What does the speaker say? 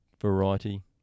variety